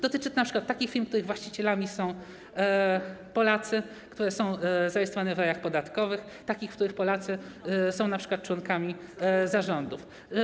Dotyczy to np. takich firm, których właścicielami są Polacy, które są zarejestrowane w rajach podatkowych, a w których Polacy są np. członkami zarządów.